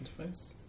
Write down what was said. interface